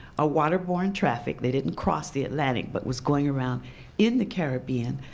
a waterborne traffic, they didn't cross the atlantic, but was going around in the caribbean,